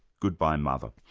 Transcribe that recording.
goodbye mother.